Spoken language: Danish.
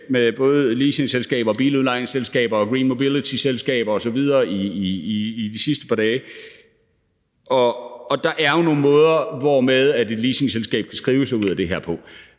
med både leasingselskaber og biludlejningsselskaber og green mobility-selskaber osv. i de sidste par dage, og der er jo nogle måder, hvorpå et leasingselskab kunne skrive sig ud af det her,